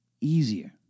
easier